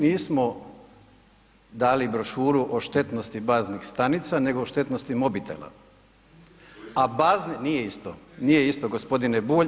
Nismo dali brošuru o štetnosti baznih stanica, nego o štetnosti mobitela, a bazne …… [[Upadica se ne razumije.]] Nije isto, nije isto gospodine Bulj.